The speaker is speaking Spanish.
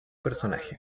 personaje